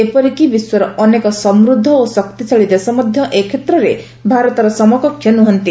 ଏପରିକି ବିଶ୍ୱର ଅନେକ ସମୃଦ୍ଧ ଓ ଶକ୍ତିଶାଳୀ ଦେଶ ମଧ୍ୟ ଏ କ୍ଷେତ୍ରରେ ଭାରତର ସମକକ୍ଷ ନୁହନ୍ତି